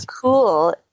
cool